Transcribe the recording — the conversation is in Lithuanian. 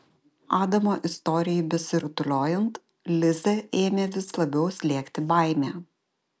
adamo istorijai besirutuliojant lizę ėmė vis labiau slėgti baimė